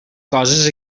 coses